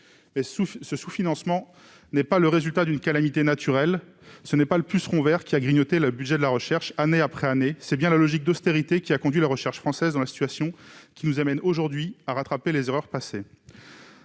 ce sous-financement n'est pas le résultat d'une calamité naturelle : ce n'est pas le puceron vert qui a grignoté le budget de la recherche année après année ; c'est bien la logique d'austérité qui a conduit la recherche française dans une situation qui nous oblige aujourd'hui à rattraper les erreurs passées.